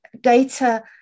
data